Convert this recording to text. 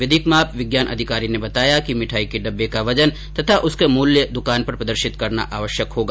विधिक माप विज्ञान अधिकारी ने बताया कि भिठाई के डिब्बे का वजन तथा उसका मुल्य द्रकान पर प्रदर्शित करना आवश्यक होगा